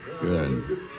Good